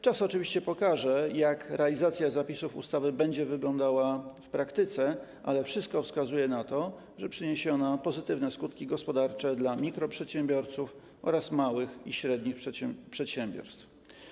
Czas oczywiście pokaże, jak realizacja zapisów ustawy będzie wyglądała w praktyce, ale wszystko wskazuje na to, że przyniesie ona pozytywne skutki gospodarcze dla mikroprzedsiębiorców oraz małych i średnich przedsiębiorstw.